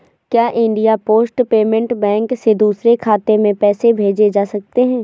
क्या India post payment bank से दूसरे खाते में पैसे भेजे जा सकते हैं?